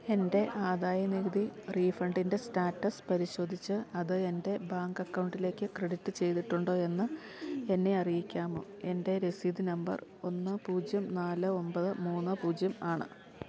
എൻ്റെ ആദായനികുതി റീഫണ്ടിൻ്റെ സ്റ്റാറ്റസ് പരിശോധിച്ച് അത് എൻ്റെ ബാങ്ക് അക്കൗണ്ടിലേക്ക് ക്രെഡിറ്റ് ചെയ്തിട്ടുണ്ടോയെന്ന് എന്നെ അറിയിക്കാമോ എൻ്റെ രസീത് നമ്പർ ഒന്ന് പൂജ്യം നാല് ഒമ്പത് മൂന്ന് പൂജ്യം ആണ്